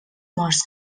morts